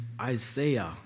Isaiah